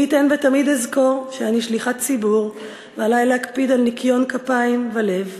מי ייתן ותמיד אזכור שאני שליחת ציבור ועלי להקפיד על ניקיון כפיים ולב.